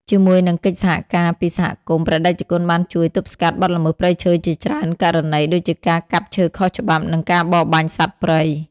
ជាមួយនឹងកិច្ចសហការពីសហគមន៍ ព្រះតេជគុណបានជួយទប់ស្កាត់បទល្មើសព្រៃឈើជាច្រើនករណី ដូចជាការកាប់ឈើខុសច្បាប់ និងការបរបាញ់សត្វព្រៃ។